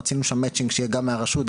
רצינו שם מצ'ינג שיהיה גם מהרשות,